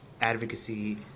advocacy